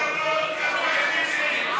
ירוק לפאשיזם.